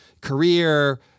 career